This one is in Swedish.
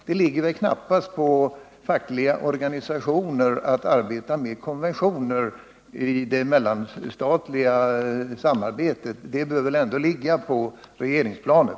Det ligger väl knappast på fackliga organisationer att arbeta med konventioner i det mellanstatliga samarbetet. Det bör ändå ligga på regeringsplanet.